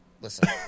Listen